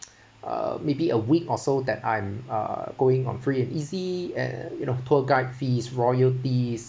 uh maybe a week or so that I'm uh going on free and easy and you know tour guide fees royalties